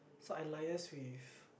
so I liaise with